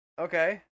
Okay